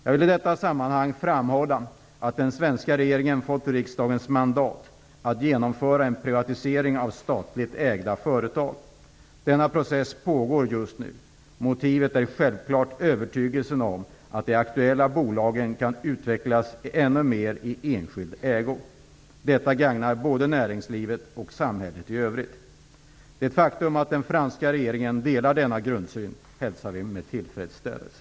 Jag vill i detta sammanhang framhålla att den svenska regeringen fått riksdagens mandat att genomföra en privatisering av statligt ägda företag. Denna process pågår just nu. Motivet är självklart övertygelsen om att de aktuella bolagen kan utvecklas ännu mer i enskild ägo. Detta gagnar både näringslivet och samhället i övrigt. Det faktum att den franska regeringen delar denna grundsyn hälsar vi med tillfredsställelse.